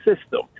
system